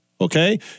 Okay